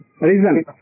reason